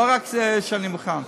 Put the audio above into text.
לא רק שאני מוכן.